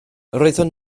roeddwn